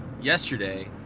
yesterday